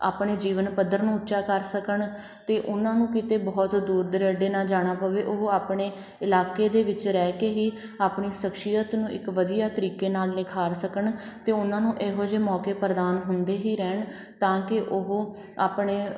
ਆਪਣੇ ਜੀਵਨ ਪੱਧਰ ਨੂੰ ਉੱਚਾ ਕਰ ਸਕਣ ਅਤੇ ਉਹਨਾਂ ਨੂੰ ਕੀਤੇ ਬਹੁਤ ਦੂਰ ਦੁਰਾਡੇ ਨਾ ਜਾਣਾ ਪਵੇ ਉਹ ਆਪਣੇ ਇਲਾਕੇ ਦੇ ਵਿੱਚ ਰਹਿ ਕੇ ਹੀ ਆਪਣੀ ਸ਼ਕਸ਼ੀਅਤ ਨੂੰ ਇੱਕ ਵਧੀਆ ਤਰੀਕੇ ਨਾਲ ਨਿਖਾਰ ਸਕਣ ਅਤੇ ਉਹਨਾਂ ਨੂੰ ਇਹੋ ਜੇ ਮੌਕੇ ਪ੍ਰਦਾਨ ਹੁੰਦੇ ਹੀ ਰਹਿਣ ਤਾਂ ਕਿ ਉਹ ਆਪਣੇ